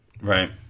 right